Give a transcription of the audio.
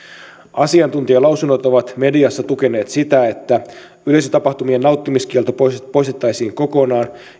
asiantuntijalausunnot ovat mediassa tukeneet sitä että yleisötapahtumien nauttimiskielto poistettaisiin kokonaan